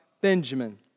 Benjamin